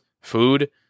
food